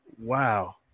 Wow